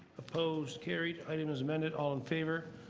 opposed? carried. item as amended all in favor.